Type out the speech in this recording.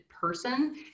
person